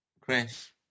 Chris